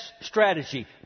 strategy